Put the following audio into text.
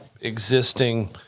existing